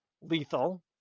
lethal